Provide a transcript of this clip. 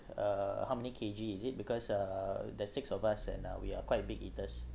uh how many K_G is it because uh the six of us and uh we are quite big eaters